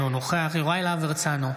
אינו נוכח יוראי להב הרצנו,